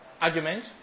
argument